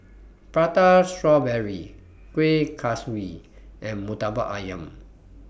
Prata Strawberry Kuih Kaswi and Murtabak Ayam